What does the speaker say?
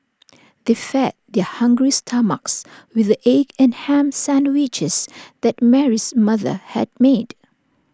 they fed their hungry stomachs with the egg and Ham Sandwiches that Mary's mother had made